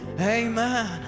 Amen